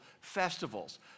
festivals